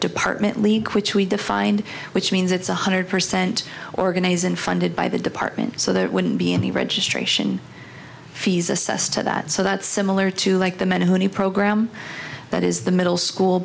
department league which we defined which means it's one hundred percent organization funded by the department so there wouldn't be any registration fees assessed to that so that's similar to like the men who program that is the middle school